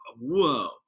whoa